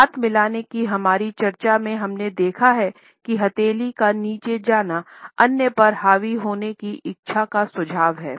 हाथ मिलाना की हमारी चर्चा में हमने देखा है कि हथेली का नीचे जानाअन्य पर हावी होने की इच्छा का सुझाव है